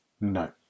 No